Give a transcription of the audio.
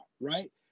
Right